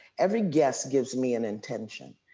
every guest gives me an intention.